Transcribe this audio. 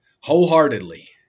wholeheartedly